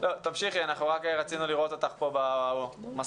הלימודים הסתיימו ב-13